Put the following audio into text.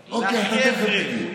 לחבר'ה.